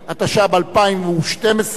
התשע"ב 2012,